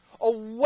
Away